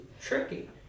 tricky